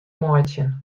meitsjen